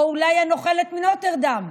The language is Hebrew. או אולי הנוכלת מנוטרדאם,